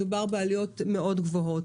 מדובר בעלויות מאוד גבוהות.